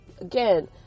again